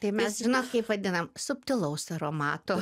tai mes žinome kaip vadiname subtilaus aromato